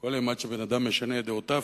כל אימת שבן-אדם משנה את דעותיו,